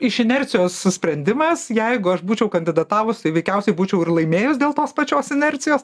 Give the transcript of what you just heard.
iš inercijos sprendimas jeigu aš būčiau kandidatavus tai veikiausiai būčiau ir laimėjus dėl tos pačios inercijos